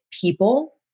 people